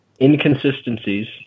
inconsistencies